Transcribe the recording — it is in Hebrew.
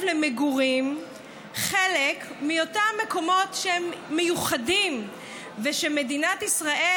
למגורים חלק מאותם מקומות שהם מיוחדים ושמדינת ישראל